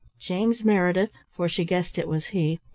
james meredith, for she guessed it was he,